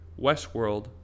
Westworld